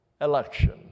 election